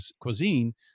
Cuisine